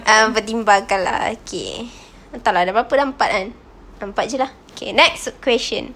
ah mempertimbangkan lah okay entah lah ada berapa sudah empat kan empat saja lah okay next question